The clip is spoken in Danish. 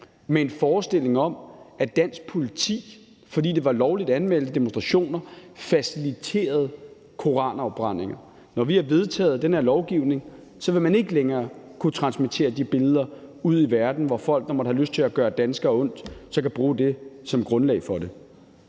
en forestilling om, at dansk politi, fordi det var lovligt anmeldte demonstrationer, faciliterede koranafbrændinger. Når vi har vedtaget det her lovforslag, vil man ikke længere kunne transmittere de billeder ude i verden, hvor folk, der måtte have lyst til at gøre danskere ondt, så kan bruge det som grundlag for det.